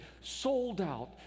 sold-out